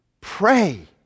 pray